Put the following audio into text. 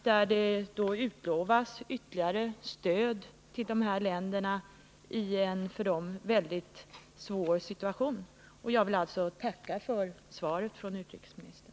Där utlovas ytterligare stöd till de här länderna i en för dem väldigt svår situation. Jag vill alltså tacka utrikesministern för svaret.